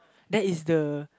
that is the